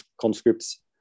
conscripts